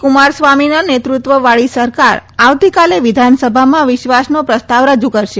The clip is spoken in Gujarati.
કુમારસ્વામીના નેતૃત્વવાળી સરકાર આવતીકાલે વિધાનસભામાં વિશ્વાસનો પ્રસ્તાવ રજૂ કરશે